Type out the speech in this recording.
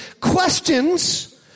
questions